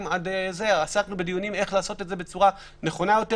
עד אז עסקנו בדיונים איך לעשות את זה בצורה נכונה יותר.